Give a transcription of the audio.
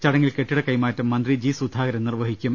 ചടങ്ങിൽ കെട്ടിട കൈമാറ്റം മന്ത്രി ജി സുധാകരൻ നിർവ്വഹിക്കും